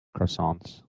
croissants